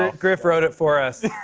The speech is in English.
ah griff wrote it for us.